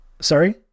Sorry